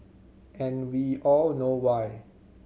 and we all know why